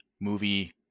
movie